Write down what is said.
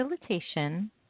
facilitation